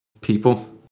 people